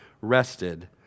rested